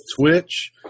Twitch